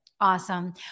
Awesome